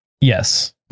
Yes